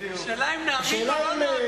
השאלה אם נאמין או לא נאמין.